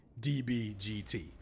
dbgt